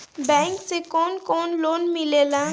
Bank से कौन कौन लोन मिलेला?